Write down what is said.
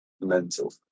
mental